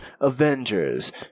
Avengers